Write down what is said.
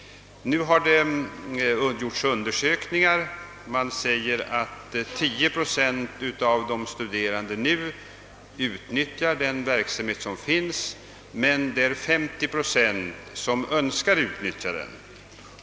En del undersökningar har gjorts som säger att 10 procent av de studerande nu utnyttjar den verksamhet som finns men att det är 50 procent som önskar utnyttja den.